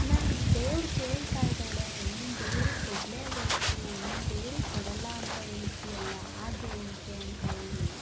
ನಾನು ದೇವ್ರ ಕೇಳ್ತಾ ಇದ್ದಾಳೆ ನೀನು ದೇವ್ರಿಗೆ ಕೊಡಲೇ ಬೇಕು ನೀನು ದೇವ್ರಿಗೆ ಕೊಡಲ್ಲ ಅಂತ ಹೇಳ್ತಿಯಲ್ಲ ಹಾಗೆ ಹೀಗೆ ಅಂತ ಹೇಳಿ